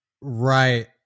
right